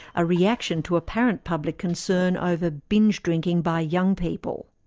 a reaction to apparent public concern over binge drinking by young people.